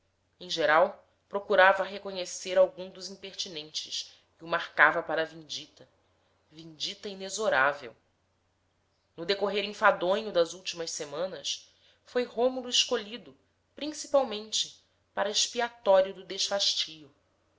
em geral procurava reconhecer algum dos impertinentes e o marcava para a vindita vindita inexorável no decorrer enfadonho das últimas semanas foi rômulo escolhido principalmente para expiatório do